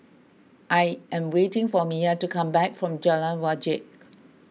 I am waiting for Miya to come back from Jalan Wajek